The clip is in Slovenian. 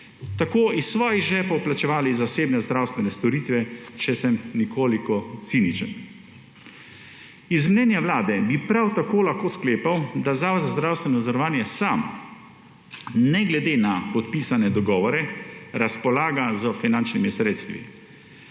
tako iz svojih žepov plačevali zasebne zdravstvene storitve, če sem nekoliko ciničen. Iz mnenja Vlade bi prav tako lahko sklepal, da Zavod za zdravstveno zavarovanje sam, ne glede na podpisane dogovore, razpolaga s finančnimi sredstvi.